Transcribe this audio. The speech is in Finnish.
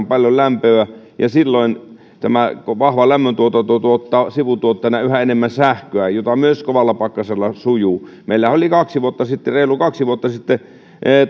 paljon lämpöä ja silloin tämä vahva lämmöntuotanto tuottaa sivutuotteena yhä enemmän sähköä jota myös kovalla pakkasella sujuu meillä oli reilu kaksi vuotta sitten